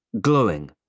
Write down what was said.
glowing